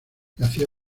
hacía